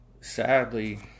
sadly